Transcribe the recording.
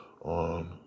on